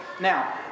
Now